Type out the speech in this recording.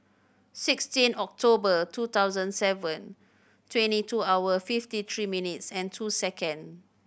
sixteen October two thousand seven twenty two hour fifty three minutes and two second